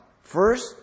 First